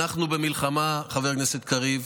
אנחנו במלחמה, חבר הכנסת קריב.